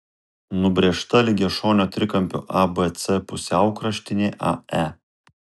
nubrėžta lygiašonio trikampio abc pusiaukraštinė ae